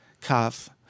cuff